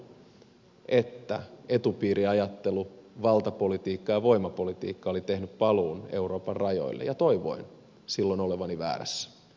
totesin silloin että etupiiriajattelu valtapolitiikka ja voimapolitiikka olivat tehneet paluun euroopan rajoille ja toivoin silloin olevani väärässä